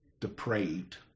depraved